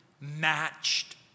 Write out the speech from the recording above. matched